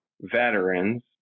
veterans